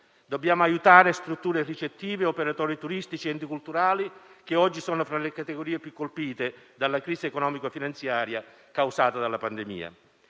dobbiamo aiutare le strutture ricettive, gli operatori turistici e gli enti culturali che oggi sono fra le categorie più colpite dalla crisi economico-finanziaria causata dalla pandemia.